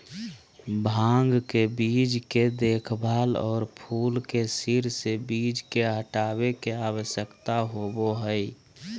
भांग के बीज के देखभाल, और फूल के सिर से बीज के हटाबे के, आवश्यकता होबो हइ